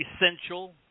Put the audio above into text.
essential